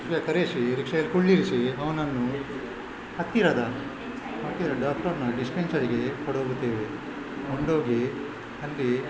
ಕರೆಸಿ ರಿಕ್ಷಾದಲ್ಲಿ ಕುಳ್ಳಿರಿಸಿ ಅವನನ್ನು ಹತ್ತಿರದ ಹತ್ತಿರ ಡಾಕ್ಟರ್ನ ಡಿಸ್ಪೆಂಸರಿಗೆ ಕೊಂಡೋಗುತ್ತೇವೆ ಕೊಂಡೋಗಿ ಅಲ್ಲಿ